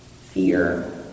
fear